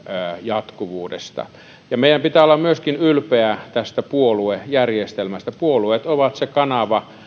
jatkuvuudesta meidän pitää olla myöskin ylpeitä tästä puoluejärjestelmästä puolueet ovat se kanava